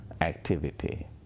activity